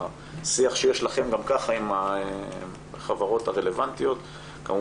בשיח שיש לכם גם ככה עם החברות הרלוונטיות כמובן,